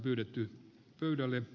arvoisa puhemies